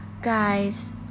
guys